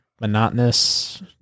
monotonous